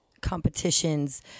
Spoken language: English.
competitions